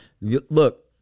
Look